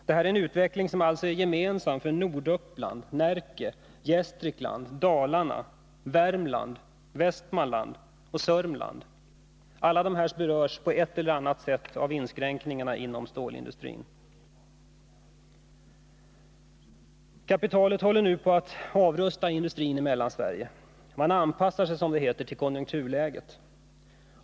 Det är fråga om en utveckling som är gemensam för Norduppland, Närke, Gästrikland, Dalarna, Värmland, Västmanland och Sörmland. Alla dessa regioner berörs på ett eller annat sätt av inskränkningarna inom stålindustrin. Kapitalet håller nu på att avrusta industrin i Mellansverige. Man anpassar sig, som det heter, till konjunkturläget.